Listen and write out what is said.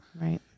Right